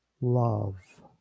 love